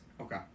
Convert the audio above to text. Okay